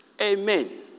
Amen